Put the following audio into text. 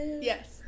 Yes